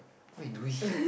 what you doing